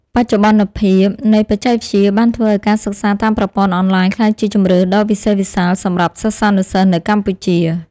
បច្ចុប្បន្នភាពនៃបច្ចេកវិទ្យាបានធ្វើឱ្យការសិក្សាតាមប្រព័ន្ធអនឡាញក្លាយជាជម្រើសដ៏វិសេសវិសាលសម្រាប់សិស្សានុសិស្សនៅកម្ពុជា។